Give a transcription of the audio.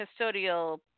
custodial